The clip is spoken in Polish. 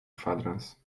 kwadrans